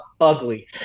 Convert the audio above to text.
ugly